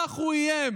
כך הוא איים.